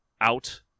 out